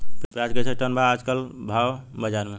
प्याज कइसे टन बा आज कल भाव बाज़ार मे?